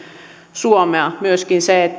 suomea myöskin se